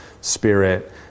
Spirit